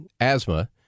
asthma